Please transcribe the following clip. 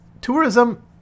tourism